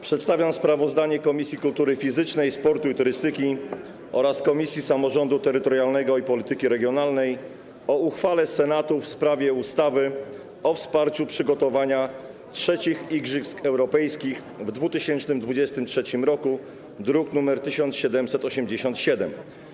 Przedstawiam sprawozdanie Komisji Kultury Fizycznej, Sportu i Turystyki oraz Komisji Samorządu Terytorialnego i Polityki Regionalnej o uchwale Senatu w sprawie ustawy o wsparciu przygotowania III Igrzysk Europejskich w 2023 roku, druk nr 1787.